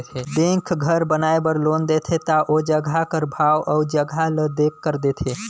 bank घर बनाए बर लोन देथे ता ओ जगहा कर भाव अउ जगहा ल देखकर देथे